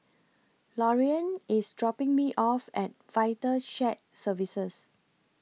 Lorean IS dropping Me off At Vital Shared Services